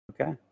Okay